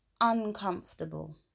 uncomfortable